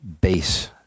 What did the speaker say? base